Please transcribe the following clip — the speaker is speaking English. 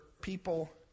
people